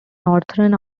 northern